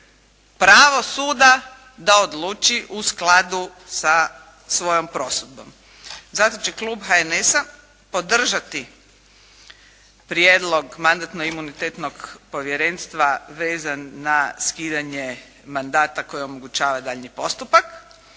pravo suda da odluči u skladu sa svojom prosudbom. Zato će klub HNS-a podržati prijedlog Mandatno-imunitetnog povjerenstva vezan na skidanje mandata koje omogućava daljnji postupak